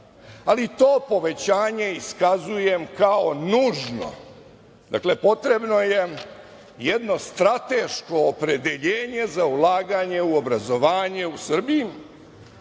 ali to povećanje iskazujem kao nužno. Dakle, potrebno je jedno strateško opredeljenje za ulaganje u obrazovanje u Srbiji,